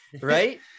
right